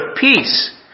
peace